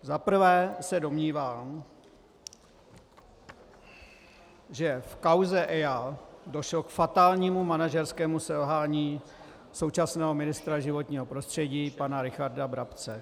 Za prvé se domnívám, že v kauze EIA došlo k fatálnímu manažerskému selhání současného ministra životního prostředí pana Richarda Brabce.